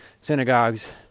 synagogues